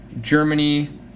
Germany